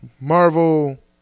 Marvel